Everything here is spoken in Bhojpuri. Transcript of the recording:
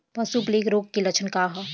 पशु प्लेग रोग के लक्षण का ह?